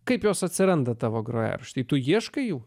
kaip jos atsiranda tavo grojaraštyje tu ieškai jų